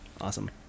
Awesome